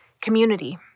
Community